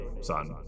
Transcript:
son